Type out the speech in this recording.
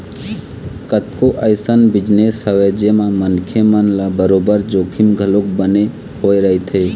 कतको अइसन बिजनेस हवय जेमा मनखे मन ल बरोबर जोखिम घलोक बने होय रहिथे